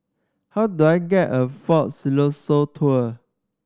how do I get a Fort Siloso Tour